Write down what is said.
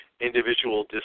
individual